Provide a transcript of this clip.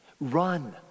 Run